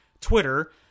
Twitter